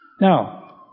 Now